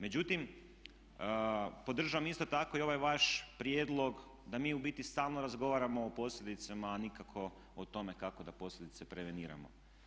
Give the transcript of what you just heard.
Međutim, podržavam isto tako i ovaj vaš prijedlog da mi u biti stalno razgovaramo o posljedicama, a nikako o tome kako da posljedice preveniramo.